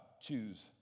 choose